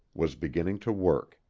was beginning to work.